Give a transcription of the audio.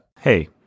hey